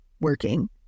working